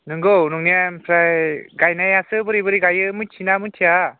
नंगौ नंनाया ओमफ्राय गायनायासो बोरै बोरै गायो मिथियोना मिथिया